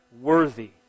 worthy